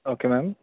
okay ma'am